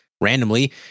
randomly